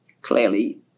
clearly